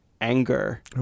anger